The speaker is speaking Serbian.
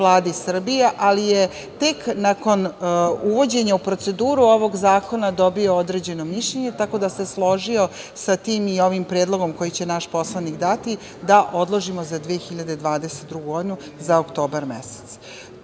Vladi Srbije ali je tak nakon uvođenja u proceduru ovog zakona dobio određeno mišljenje, tako da se složio sa tim i ovim predlogom koji će naš poslanik dati da odložimo za 2022. godinu za oktobar mesec.U